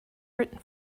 written